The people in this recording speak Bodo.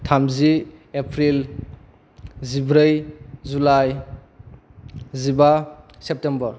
थामजि एप्रिल जिब्रै जुलाइ जिबा सेप्तेम्बर